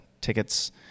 tickets